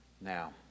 Now